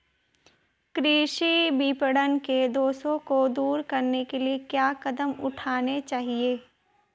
कृषि विपणन के दोषों को दूर करने के लिए क्या कदम उठाने चाहिए?